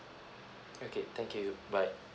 okay thank you bye